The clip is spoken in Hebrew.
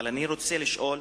אבל אני רוצה לשאול,